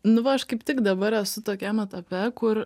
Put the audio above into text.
nu va aš kaip tik dabar esu tokiam etape kur